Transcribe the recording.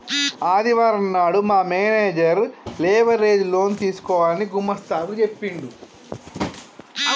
ఆదివారం నాడు మా మేనేజర్ లేబర్ ఏజ్ లోన్ తీసుకోవాలని గుమస్తా కు చెప్పిండు